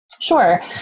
Sure